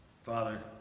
Father